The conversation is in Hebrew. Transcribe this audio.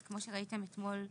אז כמו שראיתם אתמול בערב,